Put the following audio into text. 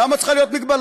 למה צריכה להיות מגבלה?